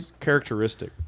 Characteristic